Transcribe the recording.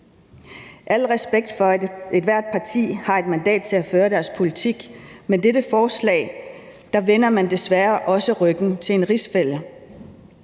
Al respekt for, at ethvert parti har et mandat til at føre sin politik, men med dette forslag vender man desværre også ryggen til en rigsfælle.